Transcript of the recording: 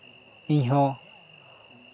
ᱤᱧᱦᱚᱸ